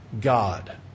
God